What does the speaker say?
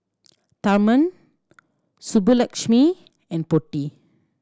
Tharman Subbulakshmi and Potti